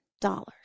dollars